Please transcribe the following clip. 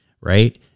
right